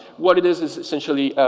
what it is is essentially